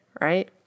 Right